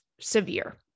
severe